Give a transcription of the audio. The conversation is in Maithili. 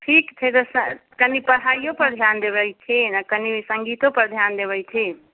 ठीक छै तऽ कनि पढ़ाइयो पर ध्यान देबै छी आ कनि सङ्गीतो पर ध्यान देबै छी